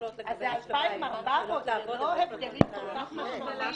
אז זה 2,400 --- אלה לא הבדלים כל כך משמעותיים